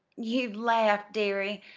you'd laugh, dearie.